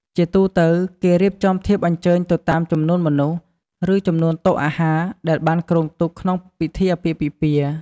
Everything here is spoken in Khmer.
ជាទូទៅ គេរៀបចំធៀបអញ្ជើញទៅតាមចំនួនមនុស្ស ឬ ចំនួនតុអាហារ ដែលបានគ្រោងទុកក្នុងពិធីអាពាហ៍ពិពាហ៍។